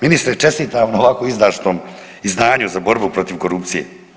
Ministre čestitam na ovako izdašnom izdanju za borbu protiv korupcije.